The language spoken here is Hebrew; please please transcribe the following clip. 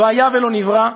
לא היה ולא נברא,